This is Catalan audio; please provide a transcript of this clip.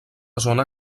zona